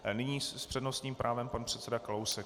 Nyní s přednostním právem pan předseda Kalousek.